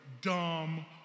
dumb